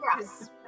yes